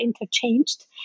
interchanged